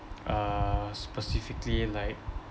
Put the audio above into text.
uh specifically like